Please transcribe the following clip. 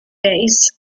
base